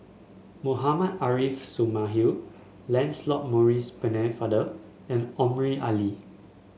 Mohammad Arif Suhaimi Lancelot Maurice Pennefather and Omar Ali